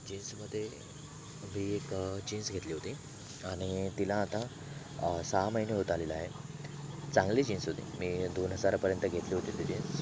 जीन्समध्ये मी एक जीन्स घेतली होती आणि तिला आता सहा महिने होत आलेला आहे चांगली जीन्स होती मी दोन हजारापर्यंत घेतली होती ती जीन्स